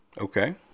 okay